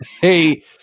hey